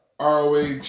ROH